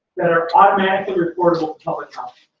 that are automatically reportable to public health.